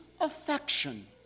affection